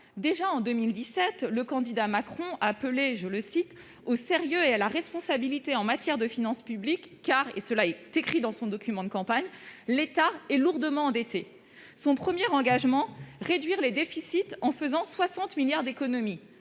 déjà en 2017, le candidat Macron appelé, je le cite, au sérieux et à la responsabilité en matière de finances publiques car, et cela est écrit dans son document de campagne : l'État est lourdement endetté, son premier engagement : réduire les déficits en faisant 60 milliards d'économies,